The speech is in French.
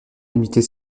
imiter